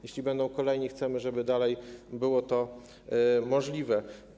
Jeśli będą kolejni, chcemy, żeby dalej było to możliwe.